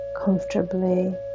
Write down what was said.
comfortably